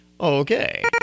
okay